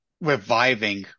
reviving